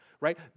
right